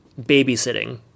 Babysitting